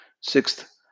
Sixth